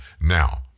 Now